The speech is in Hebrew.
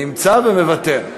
נמצא ומוותר.